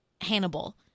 Hannibal